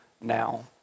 now